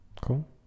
Cool